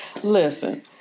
Listen